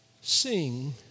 sing